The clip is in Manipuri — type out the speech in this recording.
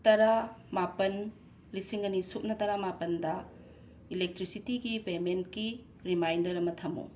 ꯇꯔꯥ ꯃꯥꯄꯟ ꯂꯤꯁꯤꯡ ꯑꯅꯤ ꯁꯨꯞꯅ ꯇꯔꯥꯃꯥꯄꯟꯗ ꯏꯂꯦꯛꯇ꯭ꯔꯤꯁꯤꯇꯤꯒꯤ ꯄꯦꯃꯦꯟꯀꯤ ꯔꯤꯃꯥꯏꯟꯗꯔ ꯑꯃ ꯊꯝꯃꯨ